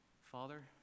Father